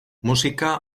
musika